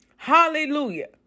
Hallelujah